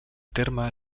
terme